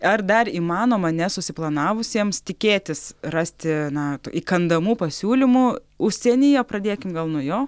ar dar įmanoma nesusiplanavusiems tikėtis rasti na įkandamų pasiūlymų užsienyje pradėkim gal nuo jo